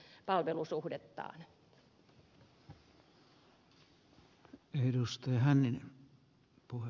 arvoisa puhemies